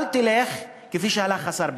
אל תלך כפי שהלך השר בגין.